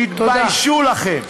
תתביישו לכם.